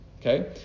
Okay